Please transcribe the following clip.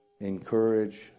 encourage